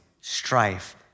strife